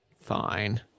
fine